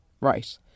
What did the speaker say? Right